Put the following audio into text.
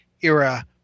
era